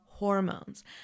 Hormones